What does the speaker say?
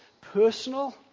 personal